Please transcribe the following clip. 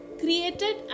created